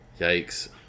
Yikes